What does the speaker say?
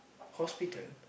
hospital